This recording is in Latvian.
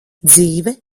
dzīve